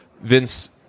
Vince